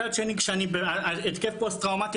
מצד שני כשאני בהתקף פוסט טראומטי,